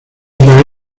isla